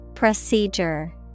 Procedure